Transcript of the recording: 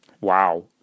Wow